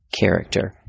character